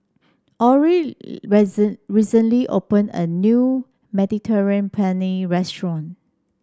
Olie recently opened a new Mediterranean Penne Restaurant